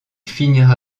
finira